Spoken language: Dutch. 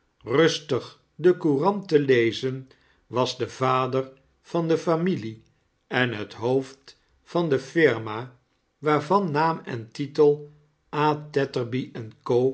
rustig de courant te lezen was de vader van de familie en het hoofd van de firma waarvan naam en titel a